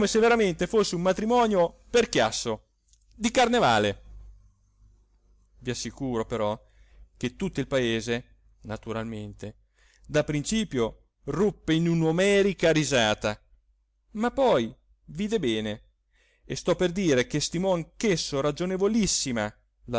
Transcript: veramente fosse un matrimonio per chiasso di carnevale i assicuro però che tutto il paese naturalmente da principio ruppe in un'omerica risata ma poi vide bene e sto per dire che stimò anch'esso ragionevolissima la